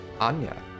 Anya